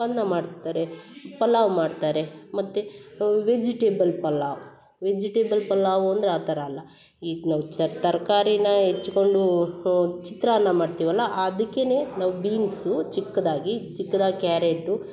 ಅನ್ನ ಮಾಡ್ತಾರೆ ಪಲಾವ್ ಮಾಡ್ತಾರೆ ಮತ್ತು ವೆಜಿಟೇಬಲ್ ಪಲಾವ್ ವೆಜಿಟೇಬಲ್ ಪಲಾವು ಅಂದರೆ ಆ ಥರ ಅಲ್ಲ ಈಗ ನಾವು ಚರ್ ತರ್ಕಾರಿನ ಹೆಚ್ಕೊಂಡು ಚಿತ್ರಾನ್ನ ಮಾಡ್ತೀವಲ್ಲ ಅದಕ್ಕೆ ನಾವು ಬೀನ್ಸು ಚಿಕ್ಕದಾಗಿ ಚಿಕ್ಕದಾಗಿ ಕ್ಯಾರೆಟು